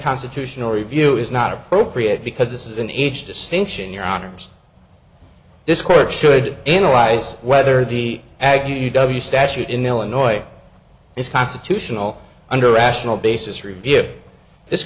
constitutional review is not appropriate because this is an age distinction in your honour's this court should enter lies whether the ag w statute in illinois is constitutional under rational basis review this